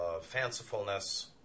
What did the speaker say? fancifulness